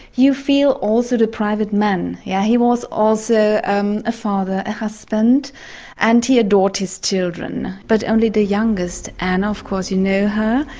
you feel also the private man, yeah he was also um a father, a husband and he adored his children. but only the youngest, anna, of course you know her,